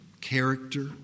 character